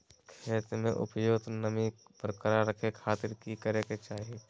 खेत में उपयुक्त नमी बरकरार रखे खातिर की करे के चाही?